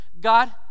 God